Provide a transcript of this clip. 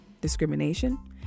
discrimination